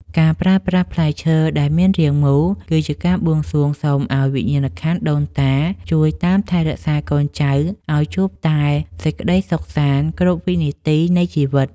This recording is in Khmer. ការប្រើប្រាស់ផ្លែឈើដែលមានរាងមូលគឺជាការបួងសួងសុំឱ្យវិញ្ញាណក្ខន្ធដូនតាជួយតាមថែរក្សាកូនចៅឱ្យជួបតែសេចក្តីសុខសាន្តគ្រប់វិនាទីនៃជីវិត។